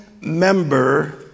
member